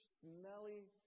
smelly